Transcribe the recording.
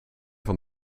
van